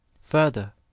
Further